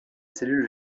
cellules